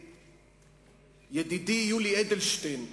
ידידי יולי אדלשטיין מונה,